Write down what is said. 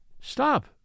Stop